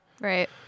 Right